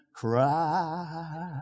cry